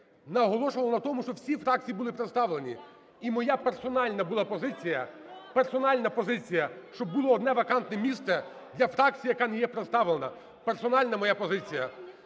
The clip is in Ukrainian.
наголошувало на тому, щоб всі фракції були представлені. І моя персональна була позиція, персональна позиція, щоб було одне вакантне місце для фракції, яка не є представлена, персональна моя позиція.